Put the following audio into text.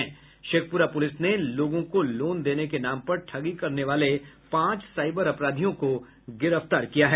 Sheikhpura police ने लोगों को लोन देने के नाम पर ठगी करने वाले पांच साइबर अपराधियों को गिरफ्तार किया है